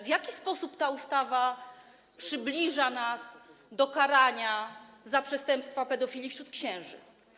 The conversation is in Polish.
W jaki sposób ta ustawa przybliża nas do karania za przestępstwa pedofilii wśród księży?